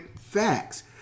facts